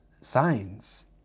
signs